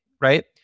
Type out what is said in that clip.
right